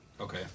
Okay